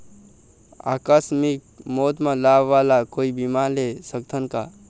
आकस मिक मौत म लाभ वाला कोई बीमा ले सकथन का?